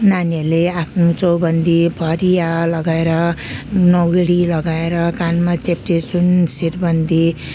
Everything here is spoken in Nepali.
नानीहरूले आफ्नो चौबन्दी फरिया लगाएर नौ गेडी लगाएर कानमा चेप्टे सुन सिरबन्दी